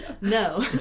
no